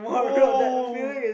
oh